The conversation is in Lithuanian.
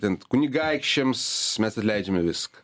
ten kunigaikščiams mes atleidžiame viską